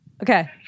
Okay